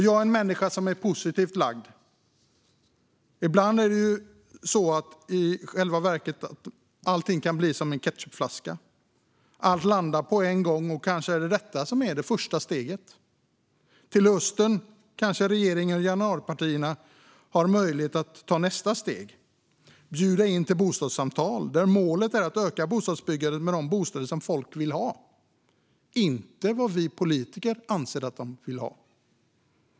Jag är en människa som är positivt lagd. Ibland kan det i själva verket bli som en ketchupflaska: Allt landar på en gång, och kanske är det detta som är första steget. Till hösten kanske regeringen och januaripartierna har möjlighet att ta nästa steg och bjuda in till bostadssamtal där målet är att öka bostadsbyggandet med de bostäder som folk vill ha, inte vad vi politiker anser att de vill ha.